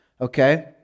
okay